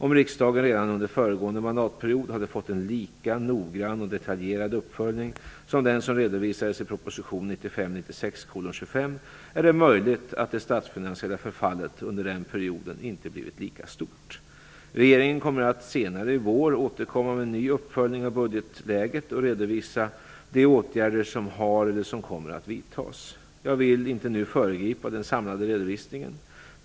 Om riksdagen redan under föregående mandatperiod hade fått en lika noggrann och detaljerad uppföljning som den som redovisades i proposition 1995/96:25 är det möjligt att det statsfinansiella förfallet under den perioden inte blivit lika stort. Regeringen kommer att senare i vår återkomma med en ny uppföljning av budgetläget och redovisa de åtgärder som har eller som kommer att vidtas. Jag vill inte nu föregripa den samlade redovisningen.